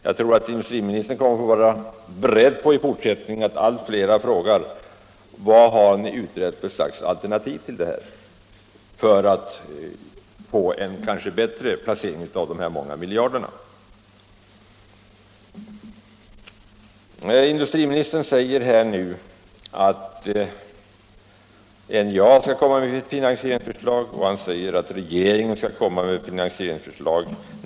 Jag tror att industriministern i fortsättningen kommer att få vara beredd på att allt fler frågar: Vad har ni utrett för slags alternativ till detta för att få en kanske bättre placering av de här många miljarderna? Industriministern säger nu att NJA skall lägga fram finansieringsförslag och att även regeringen skall lägga fram finansieringsförslag.